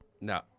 No